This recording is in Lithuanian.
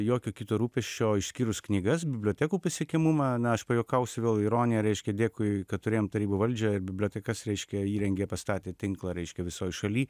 jokio kito rūpesčio išskyrus knygas bibliotekų pasiekiamumą na aš pajuokausiu vėl ironija reiškia dėkui kad turėjom tarybų valdžią ir bibliotekas reiškia įrengė pastatė tinklą reiškia visoj šaly